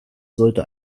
sollte